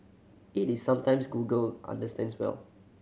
it is sometimes Google understands well